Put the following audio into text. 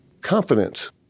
confidence